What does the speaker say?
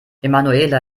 emanuela